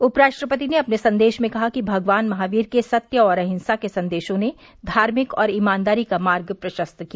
उपराष्ट्रपति ने अपने संदेश में कहा कि भगवान महावीर के सत्य और अंहिसा के संदेशों ने धार्मिक और ईमानदारी का मार्ग प्रशस्त किया